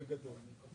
בגדול.